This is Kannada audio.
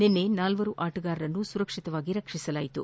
ನಿನ್ನೆ ನಾಲ್ವರು ಆಟಗಾರರನ್ನು ಸುರಕ್ಷಿತವಾಗಿ ರಕ್ಷಿಸಲಾಯಿತು